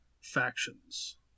factions